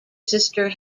sister